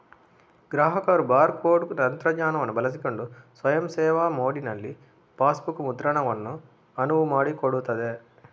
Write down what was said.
ಗ್ರಾಹಕರು bar code ತಂತ್ರಜ್ಞಾನವನ್ನು ಬಳಸಿಕೊಂಡು ಸ್ವಯಂ ಸೇವಾ ಮೋಡಿನಲ್ಲಿ ಪಾಸ್ಬುಕ್ ಮುದ್ರಣವನ್ನು ಅನುವು ಮಾಡಿಕೊಡುತ್ತದೆ